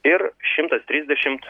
ir šimtas trisdešimt